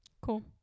cool